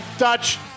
Dutch